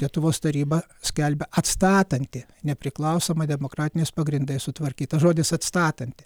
lietuvos taryba skelbia atstatanti nepriklausomą demokratiniais pagrindais sutvarkytą žodis atstatanti